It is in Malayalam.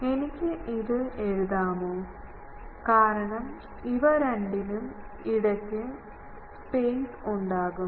എനിക്ക് ഇത് എഴുതാമോ കാരണം ഇവ രണ്ടിനും ഇടയ്ക്ക് സ്പേസ് ഉണ്ടാകും